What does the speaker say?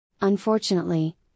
Unfortunately